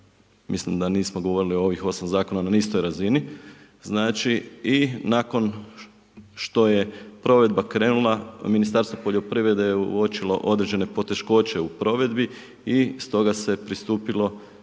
Mislim da nismo govorili o ovih 8 zakona na istoj razini. Znači i nakon što je provedba krenula Ministarstvo poljoprivrede je uočilo određene poteškoće u provedbi i stoga se je pristupilo